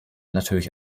natürlich